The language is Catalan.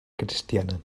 cristiana